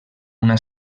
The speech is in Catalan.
una